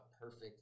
perfect